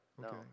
No